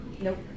Nope